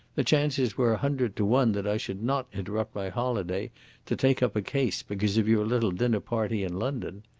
the chances were a hundred to one that i should not interrupt my holiday to take up a case because of your little dinner-party in london.